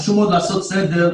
חשוב מאוד לעשות סדר,